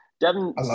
Devin